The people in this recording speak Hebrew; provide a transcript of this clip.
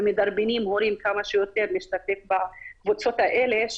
ומדרבנים הורים כמה שיותר להשתתף בקבוצות האלה,